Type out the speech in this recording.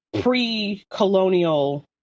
pre-colonial